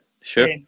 sure